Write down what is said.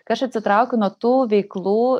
kai aš atsitraukiu nuo tų veiklų